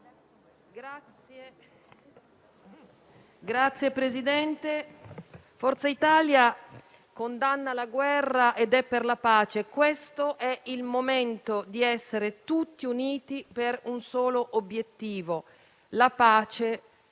Presidente-UDC condanna la guerra ed è per la pace. Questo è il momento di essere tutti uniti per un solo obiettivo: la pace,